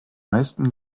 meisten